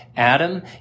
Adam